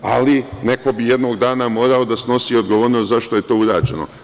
Ali, neko bi jednog dana morao da snosi odgovornost zašto je to urađeno.